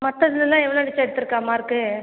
மற்றதுலலாம் எவ்வளோ டீச்சர் எடுத்துருக்காள் மார்க்கு